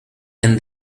and